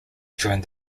during